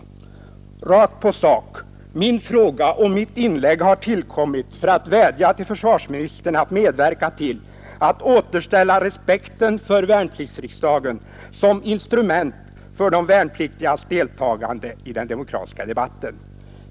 Rakt på sak: Min fråga och mitt inlägg har tillkommit för att vädja till försvarsministern att medverka till att återställa respekten för värnpliktsriksdagen som instrument för de värnpliktigas deltagande i den demokratiska debatten.